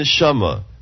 Neshama